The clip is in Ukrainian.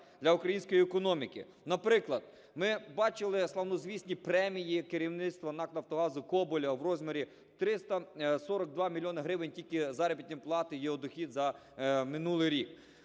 для української економіки. Наприклад, ми бачили славнозвісні премії керівництва НАК "Нафтогазу" Коболєва в розмірі 342 мільйони гривень тільки заробітної плати його дохід за минулий рік.